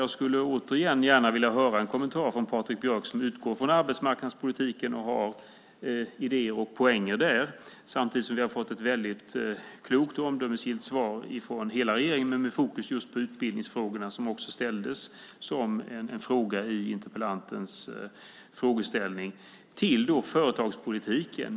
Jag skulle återigen gärna vilja höra en kommentar från Patrik Björck, som utgår från arbetsmarknadspolitiken och har idéer och poänger där samtidigt som vi har fått ett väldigt klokt och omdömesgillt svar från hela regeringen med fokus just på utbildningsfrågorna som också ställdes som en fråga i interpellantens frågeställning, till företagspolitiken.